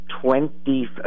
twenty